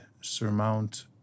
surmount